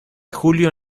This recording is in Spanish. julio